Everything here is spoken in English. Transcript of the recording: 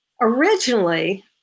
originally